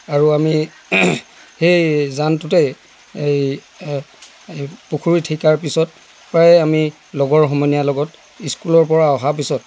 আৰু আমি সেই জানটোতে এই পুখুৰীত শিকাৰ পিছত প্ৰায় আমি লগৰ সমনীয়াৰ লগত স্কুলৰপৰা অহাৰ পিছত